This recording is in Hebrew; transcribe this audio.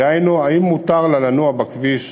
דהיינו האם מותר לה לנוע בכביש,